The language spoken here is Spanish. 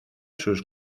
sus